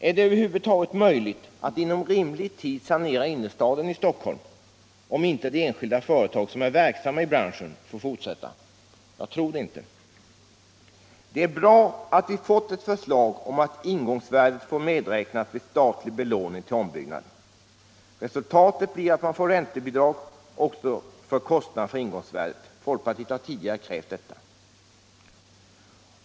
Är det över huvud taget möjligt att inom rimlig tid sanera innerstaden i Stockholm, om inte de enskilda företag som är verksamma i branschen får fortsätta? Jag tror det inte. Det är bra att vi fått ett förslag om att ingångsvärdet får medräknas vid statlig belåning till ombyggnader. Resultatet blir att man får räntebidrag också för kostnaderna för ingångsvärdet. Folkpartiet har tidigare krävt detta.